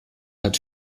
hat